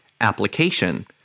Application